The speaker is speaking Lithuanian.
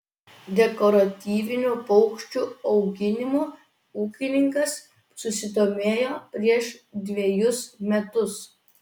dekoratyvinių paukščių auginimu ūkininkas susidomėjo prieš dvejus metus